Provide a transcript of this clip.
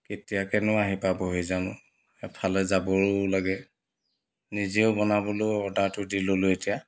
কেতিয়াকৈনো আহি পাবহি জানো এফালে যাবও লাগে নিজে বনাবলৈও অৰ্ডাৰটো দি ল'লোঁ এতিয়া